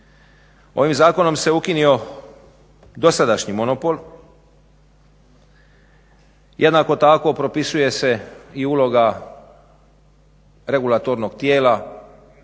Ovim zakonom se ukinuo dosadašnji monopol. Jednako tako propisuje se i uloga regulatornog tijela